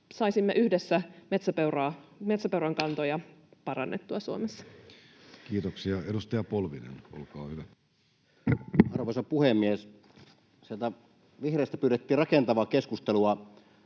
saisimme yhdessä metsäpeuran kantoja parannettua Suomessa. Kiitoksia. — Edustaja Polvinen, olkaa hyvä. Arvoisa puhemies! Sieltä vihreistä pyydettiin rakentavaa keskustelua.